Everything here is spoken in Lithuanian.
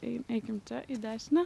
eikim čia į dešinę